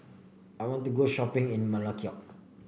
I want to go shopping in Melekeok